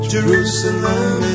Jerusalem